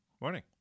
Morning